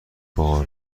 بار